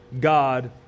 God